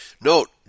Note